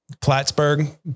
Plattsburgh